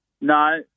No